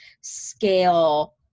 scale